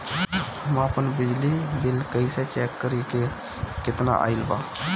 हम आपन बिजली बिल कइसे चेक करि की केतना आइल बा?